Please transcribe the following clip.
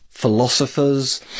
philosophers